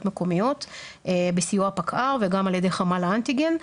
המקומיות בסיוע הפקע"ר וגם על ידי חמ"ל האנטיגן.